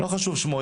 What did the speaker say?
לא חשוב שמו,